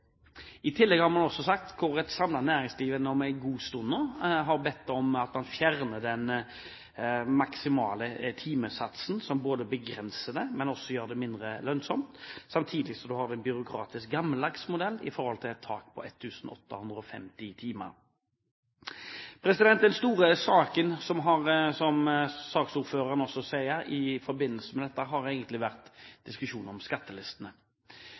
I tillegg har et samlet næringsliv gjennom en god stund nå bedt om at man fjerner den maksimale timesatsen som begrenser dette, men som også gjør det mindre lønnsomt, samtidig som man har en byråkratisk, gammeldags modell med et tak på 1 850 timer. Den store saken, som saksordføreren også sier, i forbindelse med dette har egentlig vært diskusjonen om skattelistene.